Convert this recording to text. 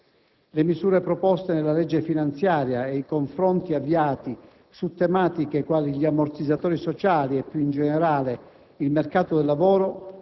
Le misure proposte nella legge finanziaria ed i confronti avviati su tematiche quali gli ammortizzatori sociali e più in generale il mercato del lavoro